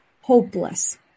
hopeless